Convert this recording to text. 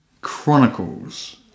Chronicles